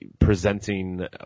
presenting